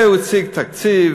והוא הציג תקציב,